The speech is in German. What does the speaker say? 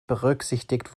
berücksichtigt